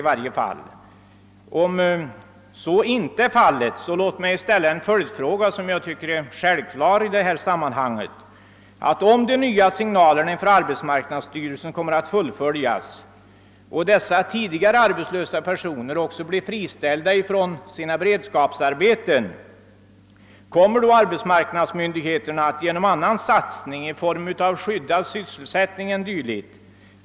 Om så inte är fallet, låt mig då ställa en följdfråga, som jag finner självklar i detta sammanhang: Om de nya signalerna från arbetsmarknadsstyrelsen kommer att fullföljas och dessa tidigare arbetslösa personer blir friställda också från sina beredskapsarbeten, kommer då arbetsmarknadsmyndigheterna att genom annan satsning i form av skyddad sysselsättning e.d.